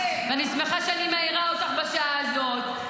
ואני שמחה שאני מעירה אותך בשעה הזאת,